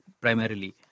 primarily